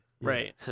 Right